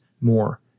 more